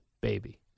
baby